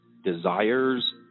desires